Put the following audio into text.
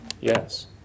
Yes